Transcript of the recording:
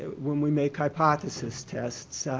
when we make hypothesis tests.